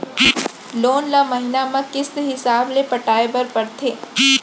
loan ल महिना म किस्त हिसाब ले पटाए बर परथे